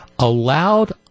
Allowed